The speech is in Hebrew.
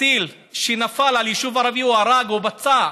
טיל שנפל על יישוב ערבי הרג או פצע,